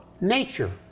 Nature